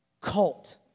Cult